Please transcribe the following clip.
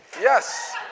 Yes